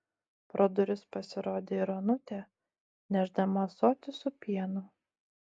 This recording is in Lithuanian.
pro duris pasirodė ir onutė nešdama ąsotį su pienu